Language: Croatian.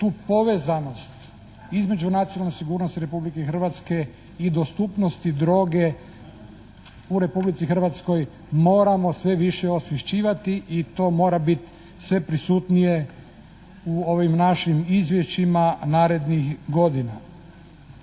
tu povezanost između nacionalne sigurnost Republike Hrvatske i dostupnosti droge u Republici Hrvatskoj moramo sve više osvješćivati i to mora biti sve prisutnije u ovim našim izvješćima narednih godina.